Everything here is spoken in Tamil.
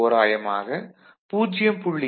தோராயமாக 0